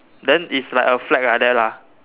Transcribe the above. then is like a flag like that lah